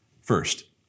First